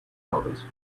elders